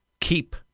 keep